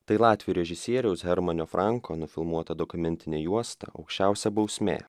tai latvių režisieriaus hermanio franko nufilmuota dokumentinė juosta aukščiausia bausmė